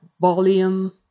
volume